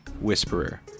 Whisperer